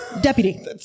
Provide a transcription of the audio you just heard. Deputy